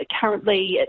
currently